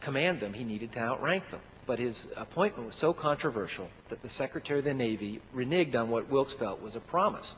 command them, he needed to outrank them. but his appointment was so controversial that the secretary the navy reneged on what wilkes felt was a promise.